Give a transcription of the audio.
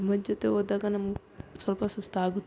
ಕುಟುಂಬದ ಜೊತೆ ಹೋದಾಗ ನಮ್ಗೆ ಸ್ವಲ್ಪ ಸುಸ್ತಾಗುತ್ತೆ